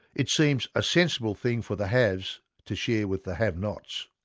it seems a sensible thing for the haves to share with the have-nots.